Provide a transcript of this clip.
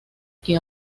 que